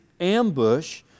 ambush